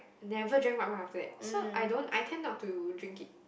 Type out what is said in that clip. never drank white wine after that so I don't I tend not to drink it